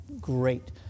great